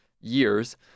years